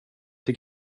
till